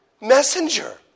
messenger